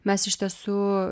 mes iš tiesų